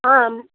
आम्